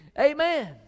Amen